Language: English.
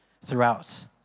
throughout